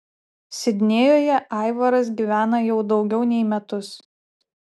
sidnėjuje aivaras gyvena jau daugiau nei metus